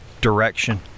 direction